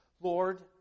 Lord